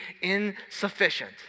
insufficient